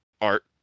art